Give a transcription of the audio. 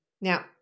now